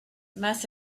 must